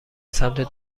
سمت